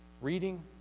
reading